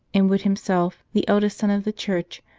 and would himself, the eldest son of the church,